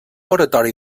oratori